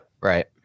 right